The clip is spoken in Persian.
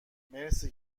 مرسی